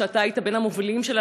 שאתה היית בין המובילים שלה,